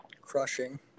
crushing